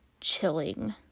chilling